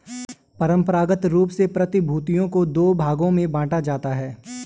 परंपरागत रूप से प्रतिभूतियों को दो भागों में बांटा जाता है